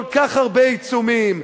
כל כך הרבה עיצומים,